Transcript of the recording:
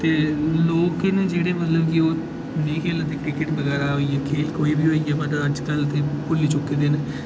ते लोक न जेह्ड़े कि मतलब ओह् जि'यां होई गेआ क्रिकेट बगैरा कि कोई बी होई गेआ ते अजकल दे भुल्ली चुक्के दे न